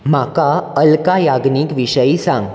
म्हाका अल्का याग्नीक विशयी सांग